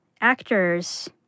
actors